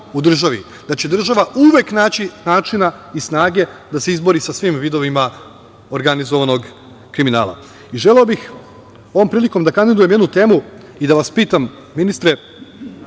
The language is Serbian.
u državi, da će država uvek naći načina i snage da se izbori sa svim vidovima organizovanog kriminala. Želeo bih ovom prilikom da kandidujem jednu temu i da vas pitam, ministre,